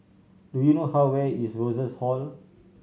do you know how where is Rosas Hall